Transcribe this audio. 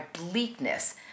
bleakness